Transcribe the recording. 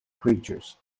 creatures